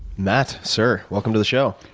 matt, sir, welcome to the show.